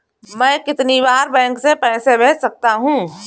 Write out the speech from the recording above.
मैं कितनी बार बैंक से पैसे भेज सकता हूँ?